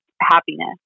happiness